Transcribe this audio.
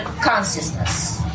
consciousness